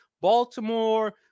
Baltimore